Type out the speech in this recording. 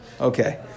Okay